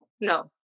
no